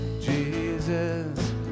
Jesus